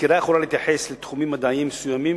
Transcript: הסקירה יכולה להתייחס לתחומים מדעיים מסוימים,